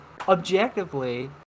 objectively